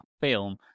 film